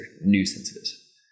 nuisances